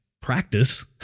practice